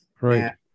right